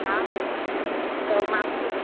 हा त मां बि